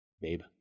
babe